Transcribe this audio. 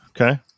Okay